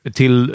till